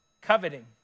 coveting